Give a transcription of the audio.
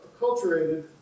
acculturated